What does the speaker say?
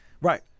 Right